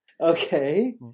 Okay